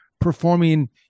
performing –